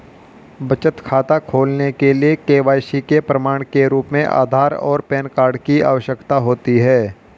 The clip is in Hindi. बचत खाता खोलने के लिए के.वाई.सी के प्रमाण के रूप में आधार और पैन कार्ड की आवश्यकता होती है